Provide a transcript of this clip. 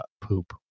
poop